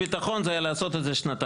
ביטחון זה היה לעשות את זה שנתיים,